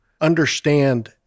understand